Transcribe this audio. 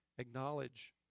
Acknowledge